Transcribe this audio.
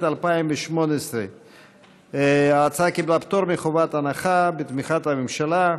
התשע"ט 2018. ההצעה קיבלה פטור מחובת הנחה ותמיכת הממשלה.